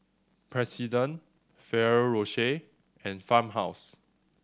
President Ferrero Rocher and Farmhouse